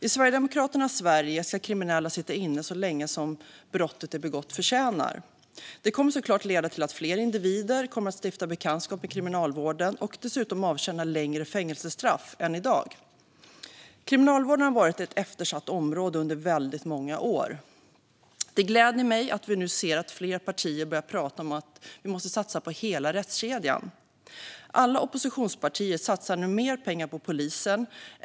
I Sverigedemokraternas Sverige ska kriminella sitta inne så länge som brottet de begått förtjänar. Det kommer såklart att leda till att fler individer kommer att stifta bekantskap med kriminalvården och dessutom avtjäna längre fängelsestraff än i dag. Kriminalvården har varit ett eftersatt område under väldigt många år. Det gläder mig att fler partier nu börjar prata om att vi måste satsa på hela rättskedjan. Alla oppositionspartier satsar nu mer pengar på polisen.